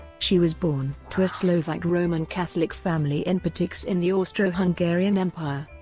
she was born to a slovak roman catholic family in peticse in the austro-hungarian empire.